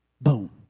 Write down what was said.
Boom